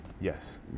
Yes